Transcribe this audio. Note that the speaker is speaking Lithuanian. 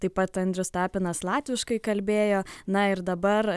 taip pat andrius tapinas latviškai kalbėjo na ir dabar